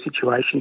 situation